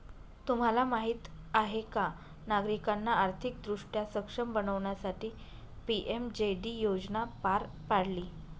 तुम्हाला माहीत आहे का नागरिकांना आर्थिकदृष्ट्या सक्षम बनवण्यासाठी पी.एम.जे.डी योजना पार पाडली